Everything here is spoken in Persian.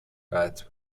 قطع